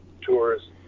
tours